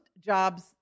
jobs